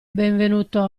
benvenuto